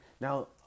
now